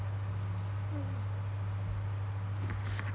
hmm